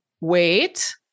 wait